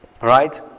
Right